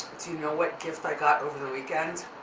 do you know what gift i got over the weekend?